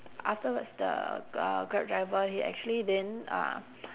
afterwards the uh grab driver he actually didn't ah